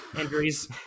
injuries